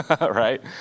right